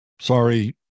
Sorry